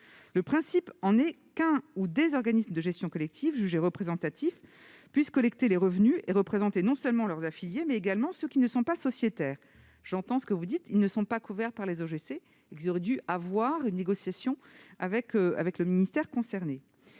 Le principe est qu'un ou des organismes de gestion collective jugés représentatifs puissent collecter les revenus et représenter, non seulement leurs affiliés, mais également ceux qui ne sont pas sociétaires. Ma chère collègue, j'entends ce que vous dites, ces auteurs ne sont pas couverts par des OGC et auraient dû se voir proposer une négociation par le ministère concerné.